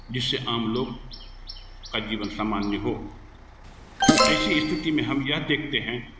जिससे आम लोग का जीवन समान्य हो ऐसी स्थिति में हम यह देखते हैं